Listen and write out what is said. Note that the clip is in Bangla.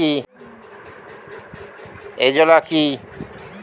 এজোলা কি?